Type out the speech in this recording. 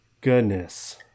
Goodness